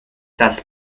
das